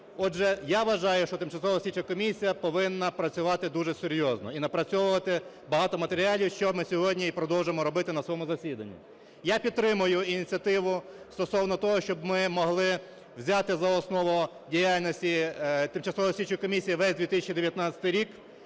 слідча комісія повинна працювати дуже серйозно і напрацьовувати багато матеріалів, що ми сьогодні і продовжуємо робити на своєму засіданні. Я підтримую ініціативу стосовно того, щоб ми могли взяти за основу діяльності тимчасової